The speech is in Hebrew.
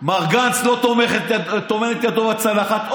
מר גנץ לא טומן את ידו בצלחת,